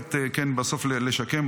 היכולת בסוף לשקם.